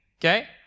Okay